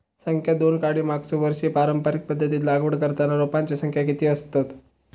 संख्या दोन काडी मागचो वर्षी पारंपरिक पध्दतीत लागवड करताना रोपांची संख्या किती आसतत?